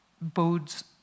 bodes